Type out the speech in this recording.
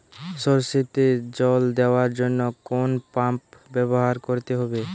সরষেতে জল দেওয়ার জন্য কোন পাম্প ব্যবহার করতে হবে?